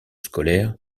scolaire